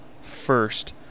first